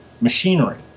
machinery